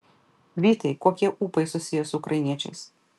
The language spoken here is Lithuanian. vytai kokie ūpai susiję su ukrainiečiais